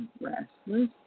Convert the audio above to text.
restless